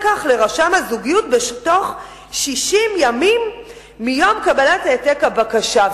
כך לרשם הזוגיות בתוך 60 ימים מיום קבלת העתק הבקשה".